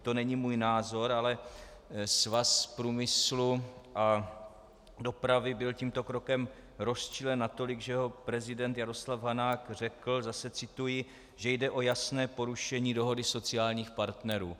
To není můj názor, ale Svaz průmyslu a dopravy byl tímto krokem rozčilen natolik, že jeho prezident Jaroslav Hanák řekl zase cituji , že jde o jasné porušení dohody sociálních partnerů.